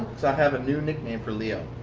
i have a new nickname for leo.